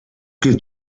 que